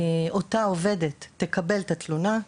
אותה עובדת תקבל את התלונה,